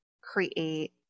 create